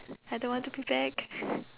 I don't want to be back